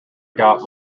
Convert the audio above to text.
got